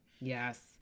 yes